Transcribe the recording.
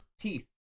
Teeth